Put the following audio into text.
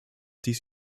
dies